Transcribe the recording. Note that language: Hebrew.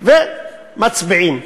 ומצביעים.